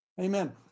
Amen